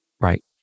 right